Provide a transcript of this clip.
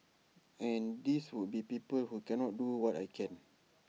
and these would be people who cannot do what I can